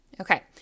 Okay